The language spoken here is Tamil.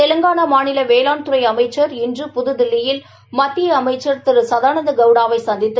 தெலங்கானா மாநில வேளாண்துறை அமைச்சா் இன்று புதுதில்லியில் மத்திய அமைச்சா் திரு சதானந்த கவுடாவை சந்தித்து